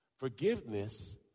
Forgiveness